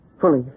Fully